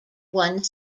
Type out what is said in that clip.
one